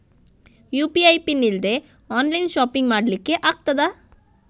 UPI pin ಇಲ್ದೆ online shopping ಮಾಡ್ಲಿಕ್ಕೆ ಆಗ್ತದಾ?